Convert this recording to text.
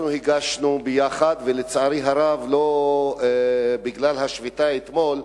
אנחנו הגשנו ביחד, ולצערי הרב, בגלל השביתה אתמול,